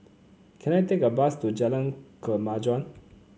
can I take a bus to Jalan Kemajuan